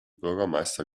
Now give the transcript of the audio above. bürgermeister